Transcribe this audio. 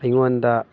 ꯑꯩꯉꯣꯟꯗ